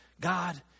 God